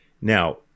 Now